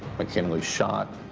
mckinley's shot,